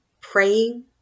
praying